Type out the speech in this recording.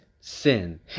sin